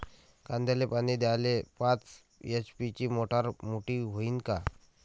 कांद्याले पानी द्याले पाच एच.पी ची मोटार मोटी व्हईन का?